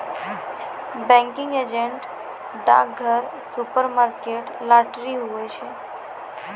banking agent डाकघर, supermarket, lottery, हुवै छै